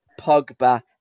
Pogba